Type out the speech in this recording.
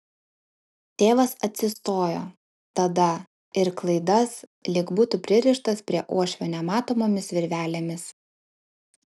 tėvas atsistojo tada ir klaidas lyg būtų pririštas prie uošvio nematomomis virvelėmis